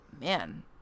man